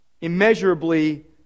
immeasurably